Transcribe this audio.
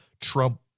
Trump